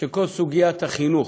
שכל סוגיית החינוך,